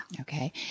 Okay